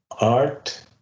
art